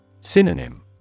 Synonym